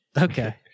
Okay